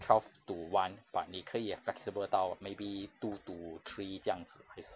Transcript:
twelve to one but 你可以 flexible 到 maybe two to three 这样子还是什么